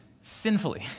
sinfully—